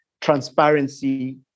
transparency